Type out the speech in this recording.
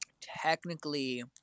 technically